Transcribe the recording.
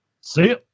See